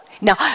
Now